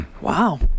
Wow